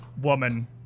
woman